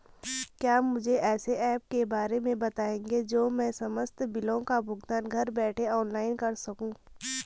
क्या मुझे ऐसे ऐप के बारे में बताएँगे जो मैं समस्त बिलों का भुगतान घर बैठे ऑनलाइन कर सकूँ?